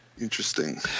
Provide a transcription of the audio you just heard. Interesting